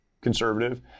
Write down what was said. conservative